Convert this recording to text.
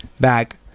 back